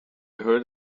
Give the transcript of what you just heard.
heard